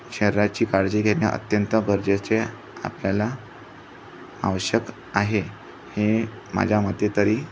शरीराची काळजी घेणे अत्यंत गरजेचे आपल्याला आवश्यक आहे हे माझ्या मते तरी